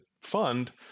fund